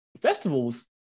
festivals